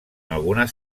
algunes